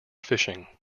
fishing